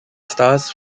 stars